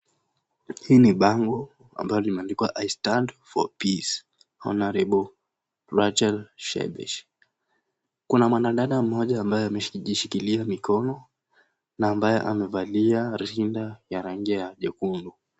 Hili ni bango ambalo limeandikwa I stand for peace Hon Rachel Shebesh. Kuna mwanadada mmoja ambaye amejishikilia mikono na ambaye amevalia rinda ya rangi jekundu.